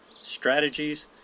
strategies